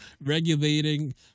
regulating